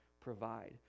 provide